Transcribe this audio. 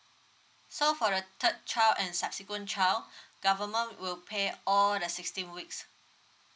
so for the third child and subsequent child government will pay all the sixteen weeks